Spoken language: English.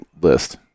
list